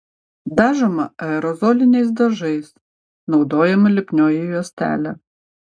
dažoma aerozoliniais dažais naudojama lipnioji juostelė